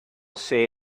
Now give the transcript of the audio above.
say